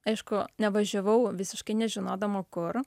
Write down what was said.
aišku nevažiavau visiškai nežinodama kur